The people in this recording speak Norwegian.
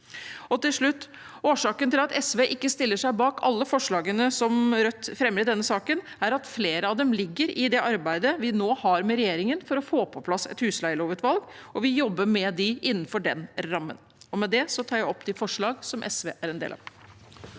Til slutt: Årsaken til at SV ikke stiller seg bak alle forslagene som Rødt fremmer i denne saken, er at flere av dem ligger i det arbeidet vi nå har med regjeringen for å få på plass et husleielovutvalg, og vi jobber med dem innenfor den rammen. Med det tar jeg opp de forslagene som SV er en del av.